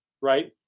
Right